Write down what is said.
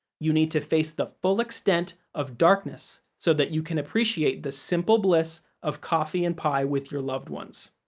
you need to face the full extent of darkness so that you can appreciate the simple bliss of coffee and pie with your loved ones.